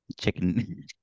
chicken